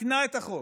תיקנה את החוק,